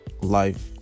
life